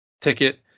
ticket